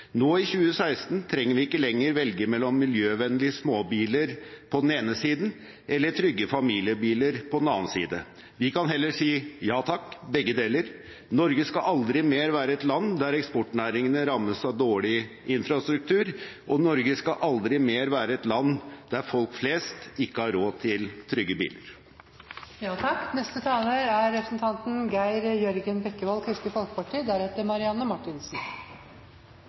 Nå, i 2016, trenger vi ikke lenger velge mellom miljøvennlige småbiler på den ene siden og trygge familiebiler på den andre siden. Vi kan heller si ja takk, begge deler. Norge skal aldri mer være et land der eksportnæringene rammes av dårlig infrastruktur, og Norge skal aldri mer være et land der folk flest ikke har råd til trygge biler. Det er